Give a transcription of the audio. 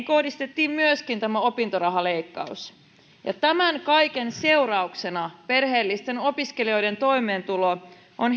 kohdistettiin tämä opintorahaleikkaus tämän kaiken seurauksena myös huoltajakorotuksen jälkeen perheellisten opiskelijoiden toimeentulo on